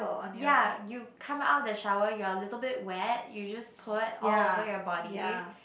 ya you come out of the shower you're a little bit wet you just pour it all over your body